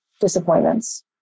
disappointments